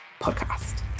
podcast